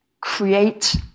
create